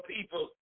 people